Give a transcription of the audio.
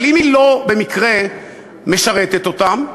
אבל אם היא במקרה לא משרתת אותם,